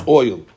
oil